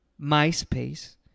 MySpace